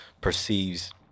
perceives